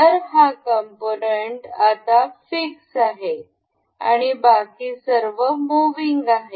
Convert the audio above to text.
तर हा कॉम्पोनन्ट आता फिक्स आहे आणि बाकी सर्व मूविंग आहे